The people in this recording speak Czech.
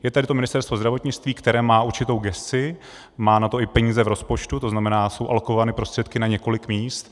Je tady to Ministerstvo zdravotnictví, které má určitou gesci, má na to i peníze v rozpočtu, tzn. jsou alokovány prostředky na několik míst.